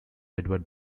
edward